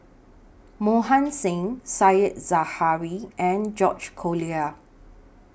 Mohan Singh Said Zahari and George Collyer